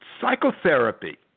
Psychotherapy